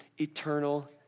eternal